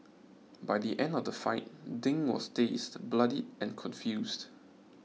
by the end of the fight Ding was dazed bloodied and confused